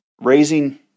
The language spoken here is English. Raising